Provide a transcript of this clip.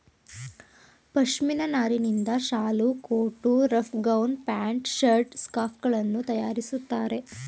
ಪಶ್ಮಿನ ನಾರಿನಿಂದ ಶಾಲು, coat, rug, gown, pant, shirt, scarf ಗಳನ್ನು ತರಯಾರಿಸ್ತರೆ